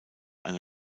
eine